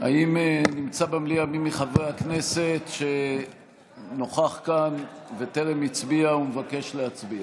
האם נמצא במליאה מי מחברי הכנסת שנוכח כאן וטרם הצביע ומבקש להצביע?